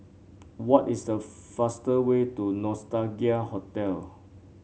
what is the fastest way to Nostalgia Hotel